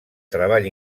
treball